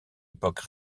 époque